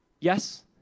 Yes